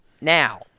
Now